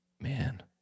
man